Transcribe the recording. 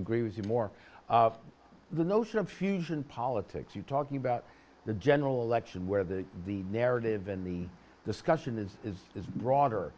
agree with you more of the notion of fusion politics you're talking about the general election where the the narrative in the discussion is is broader